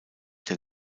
der